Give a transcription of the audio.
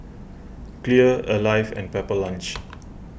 Clear Alive and Pepper Lunch